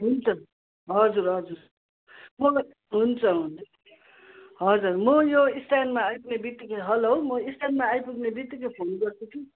हुन्छ हजुर हजुर मलाई हुन्छ हुन्छ हजुर म यो स्ट्यान्डमा आइपुग्ने बित्तिकै हेलो म स्ट्यान्डमा आइपुग्ने बित्तिकै फोन गर्छु कि